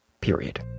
Period